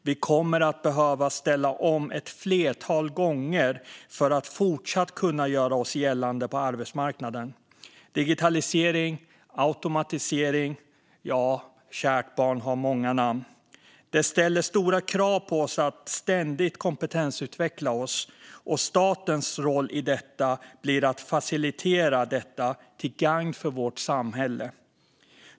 Vi kommer att behöva ställa om ett flertal gånger för att kunna fortsätta göra oss gällande på arbetsmarknaden. Digitalisering, automatisering - ja, kärt barn har många namn. Det ställer stora krav på oss att ständigt kompetensutveckla oss, och statens roll i detta blir att facilitera till gagn för vårt samhälle.